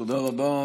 תודה רבה.